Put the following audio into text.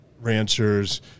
ranchers